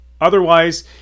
Otherwise